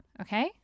okay